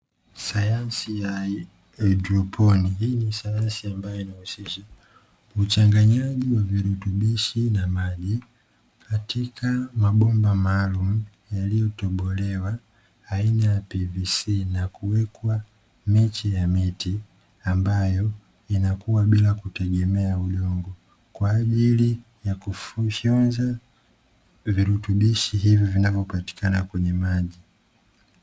Sayansi ya haidroponi, hii ni sayansi ambayo inahusisha uchanganyaji wa virutubishi na maji katika mabomba maalumu yaliyotobolewa aina ya PVC, na kuwekwa miche ya miti ambayo inakuwa bila kutegemea udongo kwa ajili ya kufyonza virutubishi hivyo vinavyopatikana kwenye maji.